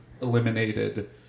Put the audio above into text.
eliminated